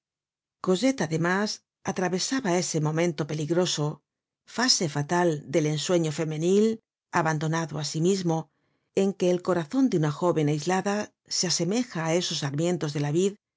cosette además atravesaba ese momento peligroso fase fatal del ensueño femenil abandonado á sí mismo en que el corazon de una joven aislada se asemeja á esos sarmientos de la vid